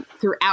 Throughout